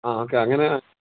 ആ ഓക്കേ അങ്ങനെ